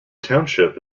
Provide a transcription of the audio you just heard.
township